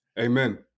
Amen